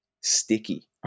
sticky